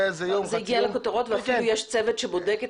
זה הגיע לכותרות ואפילו יש צוות שבודק את